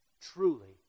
truly